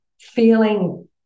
feeling